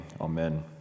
amen